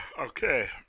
okay